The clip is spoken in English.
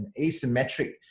asymmetric